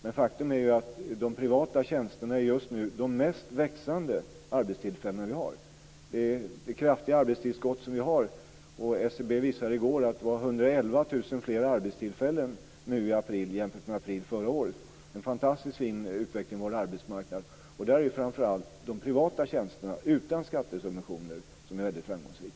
Men faktum är att arbetstillfällena ökar mest när det gäller de privata tjänsterna just nu. Vi har kraftiga arbetstillskott. SCB visade i går att det var 111 000 fler arbetstillfällen i april i år än i april förra året. Det är en fantastiskt fin utveckling på vår arbetsmarknad. Det är framför allt när det gäller de privata tjänsterna, utan skattesubventioner, som man är väldigt framgångsrik.